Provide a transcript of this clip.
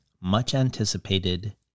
much-anticipated